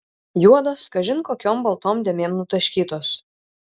juodos kažin kokiom baltom dėmėm nutaškytos